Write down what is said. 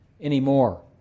anymore